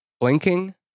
blinking